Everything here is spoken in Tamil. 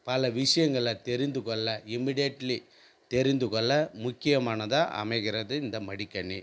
பல விஷியங்களை தெரிந்துக்கொள்ள இமீடியட்லி தெரிந்துக்கொள்ள முக்கியமானதாக அமைகின்றது இந்த மடிக்கணி